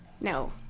No